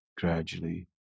gradually